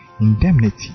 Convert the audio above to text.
indemnity